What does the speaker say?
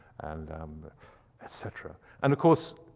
and um etc. and of course,